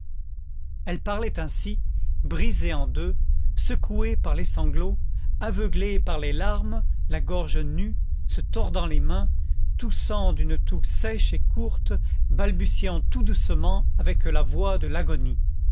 elle parlait ainsi brisée en deux secouée par les sanglots aveuglée par les larmes la gorge nue se tordant les mains toussant d'une toux sèche et courte balbutiant tout doucement avec la voix de l'agonie